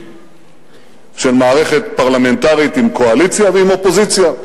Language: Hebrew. של מערכת פרלמנטרית עם קואליציה ועם אופוזיציה.